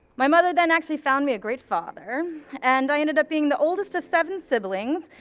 my mother then actually found me a great father and i ended up being the oldest of seven siblings.